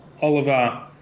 Oliver